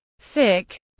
thick